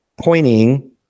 pointing